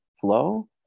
flow